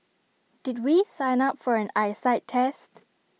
did we sign up for an eyesight test